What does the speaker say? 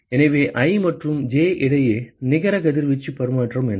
எனவே i மற்றும் j இடையே நிகர கதிர்வீச்சு பரிமாற்றம் என்ன